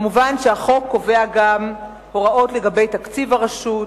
מובן שהחוק קובע גם הוראות לגבי תקציב הרשות,